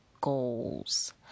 goals